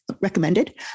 recommended